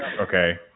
Okay